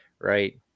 right